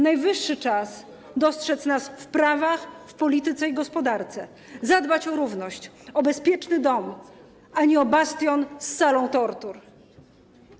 Najwyższy czas dostrzec nas w prawach, w polityce i gospodarce, zadbać o równość, o bezpieczny dom, a nie o bastion z salą tortur.